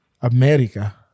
America